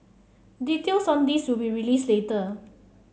details on this will be released later